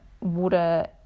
water